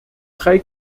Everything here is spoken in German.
drei